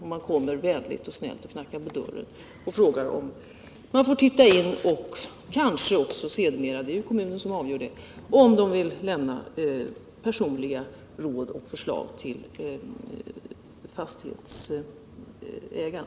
Man går vänligt och knackar dörr och frågar om man får titta in och kommer kanske sedermera —- det är kommunen själv som avgör det med råd och förslag till fastighetsägarna.